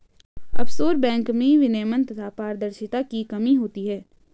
offshore बैंको में विनियमन तथा पारदर्शिता की कमी होती है